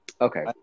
Okay